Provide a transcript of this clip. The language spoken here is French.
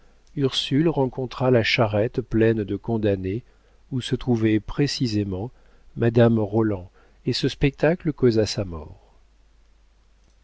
ursule rencontra la charrette pleine de condamnés où se trouvait précisément madame roland et ce spectacle causa sa mort